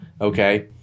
okay